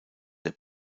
der